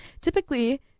Typically